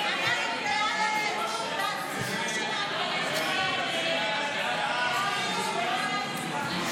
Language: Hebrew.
ההצעה להעביר לוועדה את הצעת חוק שלילת תקצוב מוסדות